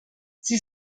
sie